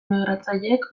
migratzaileek